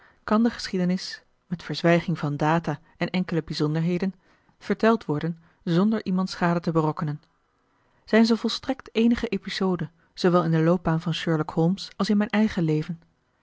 kan de geschiedenis met verzwijging van data en enkele bijzonderheden verteld worden zonder iemand schade te berokkenen zij is een volstrekt eenige episode zoowel in de loopbaan van sherlock holmes als in mijn eigen leven